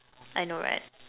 I know right